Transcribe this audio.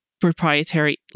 proprietary